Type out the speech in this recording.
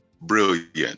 brilliant